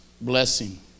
blessing